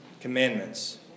Commandments